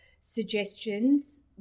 suggestions